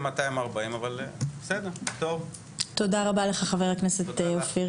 בעבור ההכשרות של העזרה